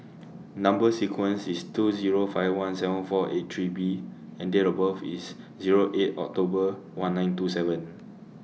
Number sequence IS two Zero five one seven four eight three B and Date of birth IS Zero eight October one nine two seven